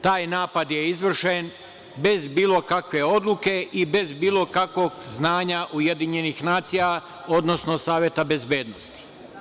Taj napad je izvršen bez bilo kakve odluke i bez bilo kakvog znanja UN, odnosno Saveta bezbednosti.